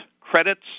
credits